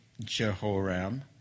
Jehoram